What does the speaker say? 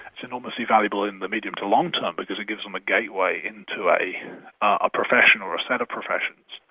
it's enormously valuable in the medium to long term because it gives them a gateway into a a profession or a set of professions.